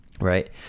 right